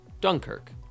Dunkirk